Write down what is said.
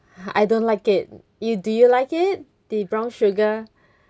I don't like it you do you like it the brown sugar